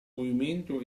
movimento